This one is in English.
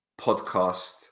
podcast